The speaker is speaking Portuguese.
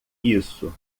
isso